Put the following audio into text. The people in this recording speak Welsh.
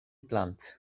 blant